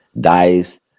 dice